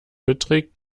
beträgt